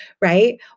right